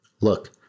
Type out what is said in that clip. Look